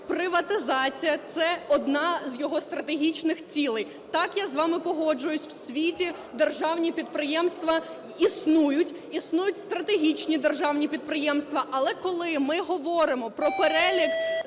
приватизація – це одна з його стратегічних цілей. Так, я з вами погоджуюсь, в світі державні підприємства існують, існують стратегічні державні підприємства. Але коли ми говоримо про перелік,